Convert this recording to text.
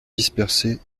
dispersés